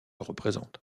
représente